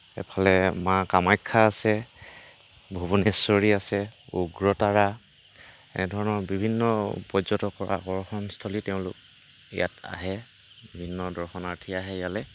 ইফালে মা কামাখ্যা আছে ভূৱনেশ্বৰী আছে উগ্ৰতাৰা এনেধৰণৰ বিভিন্ন পৰ্যটকৰ আকৰ্ষণস্থলী তেওঁলোক ইয়াত আহে বিভিন্ন দৰ্শনাৰ্থী আহে ইয়ালৈ